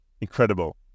incredible